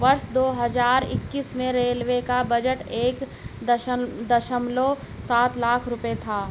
वर्ष दो हज़ार इक्कीस में रेलवे का बजट एक दशमलव सात लाख रूपये था